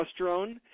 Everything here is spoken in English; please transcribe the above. testosterone